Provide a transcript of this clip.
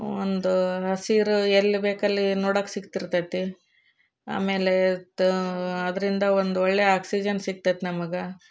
ಒಂದು ಹಸಿರು ಎಲ್ಲಿ ಬೇಕಲ್ಲಿ ನೋಡಕೆ ಸಿಗ್ತಿರ್ತೈತೆ ಆಮೇಲೆ ತ ಅದರಿಂದ ಒಂದು ಒಳ್ಳೆ ಆಕ್ಸಿಜನ್ ಸಿಗ್ತೈತೆ ನಮ್ಗೆ